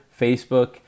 Facebook